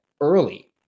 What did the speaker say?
early